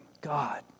God